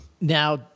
Now